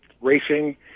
racing